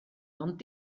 ond